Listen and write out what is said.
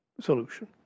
solution